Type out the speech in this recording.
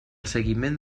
seguiment